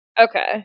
Okay